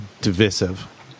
divisive